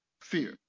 fear